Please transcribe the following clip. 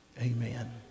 Amen